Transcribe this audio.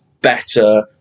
better